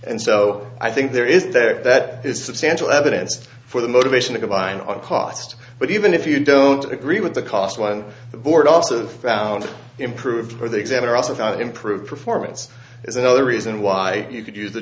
and so i think there is there that is substantial evidence for the motivation to go buy in on cost but even if you don't agree with the cost one board also found it improved for the examiner also thought improved performance is another reason why you could use